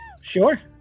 Sure